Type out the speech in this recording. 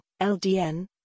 LDN